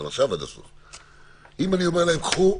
אם אני אומר להם: קחו,